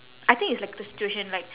I think it's like the situation like